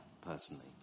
personally